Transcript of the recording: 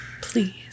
Please